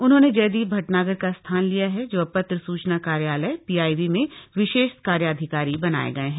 उन्होंने जयदीप भटनागर का स्थान लिया है जो अब पत्र सूचना कार्यालय पीआईबी में विशेष कार्याधिकारी बनाए गए हैं